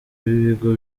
b’ibigo